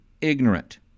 ignorant